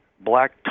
black